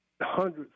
hundreds